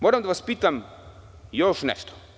Moram da vas pitam još nešto.